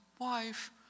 wife